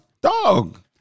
Dog